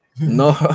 No